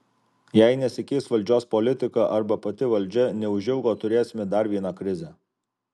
jei nesikeis valdžios politika arba pati valdžia neužilgo turėsime dar vieną krizę